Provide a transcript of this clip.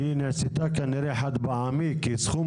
היא נעשתה כנראה חד פעמי, כי סכום